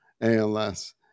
ALS